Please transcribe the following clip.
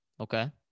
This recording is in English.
okay